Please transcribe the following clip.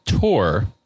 tour